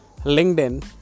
LinkedIn